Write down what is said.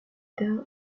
tard